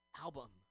album